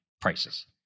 prices